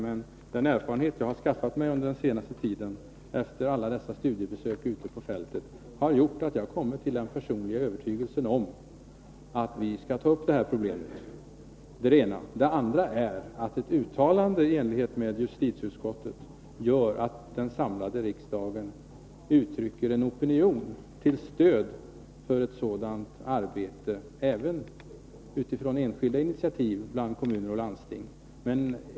Men den erfarenhet jag har skaffat mig under den senaste tiden vid alla dessa studiebesök ute på fältet har gjort att jag har kommit till den personliga övertygelsen att vi skall ta upp det här problemet. Det är det ena. Vidare skulle ett uttalande i enlighet med vad justitieutskottet anfört innebära att den samlade riksdagen uttrycker en opinion till stöd för ett arbete — där enskilda initiativ tas av kommuner och landsting.